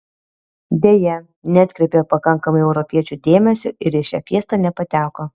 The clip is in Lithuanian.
deja neatkreipė pakankamai europiečių dėmesio ir į šią fiestą nepateko